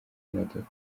modoka